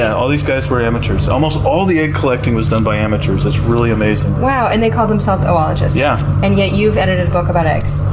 all these guys were amateurs. almost all the egg collecting was done by amateurs. that's really amazing. really? wow. and they called themselves oologists. yeah and yet you've edited book about eggs,